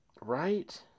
Right